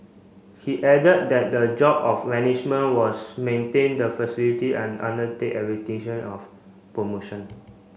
he added that the job of management was maintain the facility and undertake of promotion